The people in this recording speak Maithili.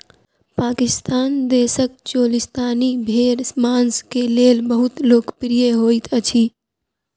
पाकिस्तान देशक चोलिस्तानी भेड़ मांस के लेल बहुत लोकप्रिय होइत अछि